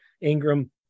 ingram